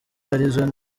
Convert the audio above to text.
arizo